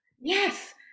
Yes